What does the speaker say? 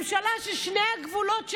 ממשלה ששני הגבולות שלה,